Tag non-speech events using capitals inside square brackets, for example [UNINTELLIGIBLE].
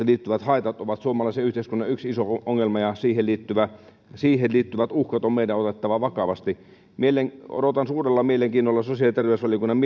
[UNINTELLIGIBLE] liittyvät haitat ovat suomalaisen yhteiskunnan yksi iso ongelma ja siihen liittyvät uhkat on meidän otettava vakavasti odotan suurella mielenkiinnolla sosiaali ja terveysvaliokunnan [UNINTELLIGIBLE]